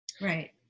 Right